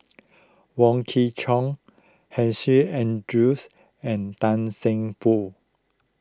Wong Kwei Cheong Hussein an juice and Tan Seng Poh